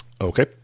Okay